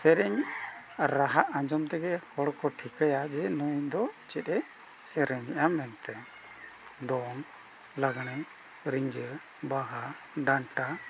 ᱥᱮᱨᱮᱧ ᱨᱟᱦᱟ ᱟᱸᱡᱚᱢ ᱛᱮᱜᱮ ᱦᱚᱲᱠᱚ ᱴᱷᱤᱠᱟᱹᱭᱟ ᱡᱮ ᱱᱩᱭ ᱫᱚ ᱪᱮᱫ ᱮ ᱥᱮᱨᱮᱧᱮᱫᱼᱟ ᱢᱮᱱᱛᱮ ᱫᱚᱝ ᱞᱟᱜᱽᱬᱮ ᱨᱤᱸᱡᱷᱟᱹ ᱵᱟᱦᱟ ᱰᱟᱱᱴᱟ